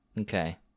Okay